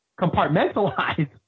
compartmentalize